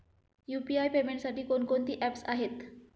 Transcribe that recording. UPI पेमेंटसाठी कोणकोणती apps आहेत?